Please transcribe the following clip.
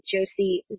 Josie